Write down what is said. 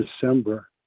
December